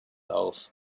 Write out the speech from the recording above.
auf